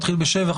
מתחיל בשבח,